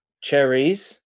Cherries